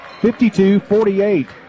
52-48